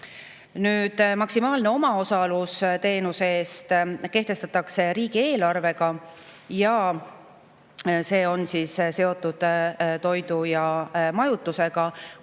Maksimaalne omaosalus teenuse eest kehtestatakse riigieelarvega ja see on seotud toidu ja majutusega.